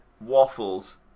waffles